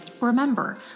Remember